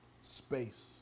space